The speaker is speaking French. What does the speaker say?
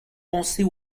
penser